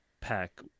pack